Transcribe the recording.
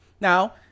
now